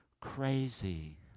crazy